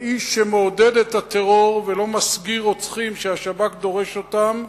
האיש שמעודד את הטרור ולא מסגיר רוצחים שהשב"כ דורש אותם,